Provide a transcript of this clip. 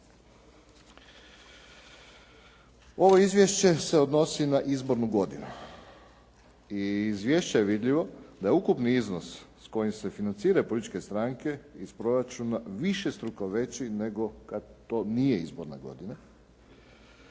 Ovo izvješće se odnosi na izbornu godinu i iz izvješća je vidljivo da je ukupni iznos s kojim se financiraju političke stranke iz proračuna višestruko veći nego kad to nije izborna godina